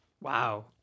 Wow